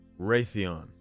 Raytheon